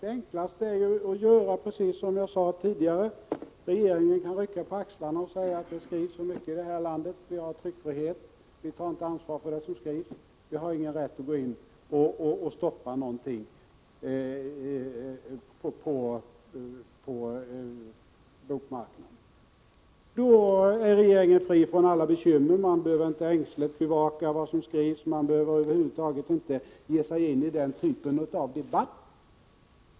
Det enklaste är att göra precis så som jag sade tidigare, nämligen att regeringen rycker på axlarna och säger att det skrivs så mycket i detta land, att vi har tryckfrihet, att regeringen inte tar ansvar för det som skrivs och att den inte har någon rätt att gå in och stoppa någonting på bokmarknaden. Då skulle regeringen vara fri från alla bekymmer — den behöver inte ängsligt bevaka vad som skrivs och behöver över huvud taget inte ge sig in i denna typ av debatt.